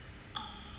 oh